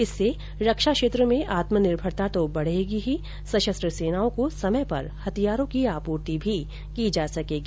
इससे रक्षा क्षेत्र में आत्मनिर्भरता तो बढेगी ही सशस्त्र सेनाओं को समय पर हथियारों की आपूर्ति भी की जा सकेगी